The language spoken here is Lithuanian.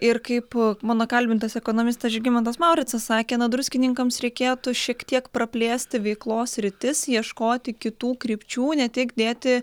ir kaip mano kalbintas ekonomistas žygimantas mauricas sakė na druskininkams reikėtų šiek tiek praplėsti veiklos sritis ieškoti kitų krypčių ne tik dėti